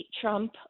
Trump